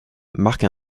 marque